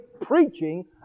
preaching